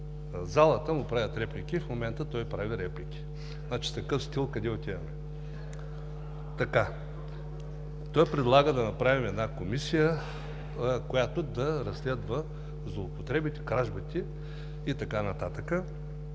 залата му правят реплики. В момента той прави реплики. Значи, с такъв стил къде отиваме? Той предлага да направим една комисия, която да разследва злоупотребите, кражбите и така нататък,